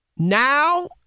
Now